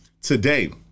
today